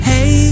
Hey